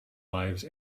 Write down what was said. lives